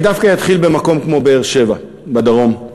אני דווקא אתחיל במקום כמו באר-שבע, בדרום.